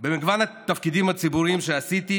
ובמגוון התפקידים הציבוריים שעשיתי,